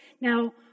Now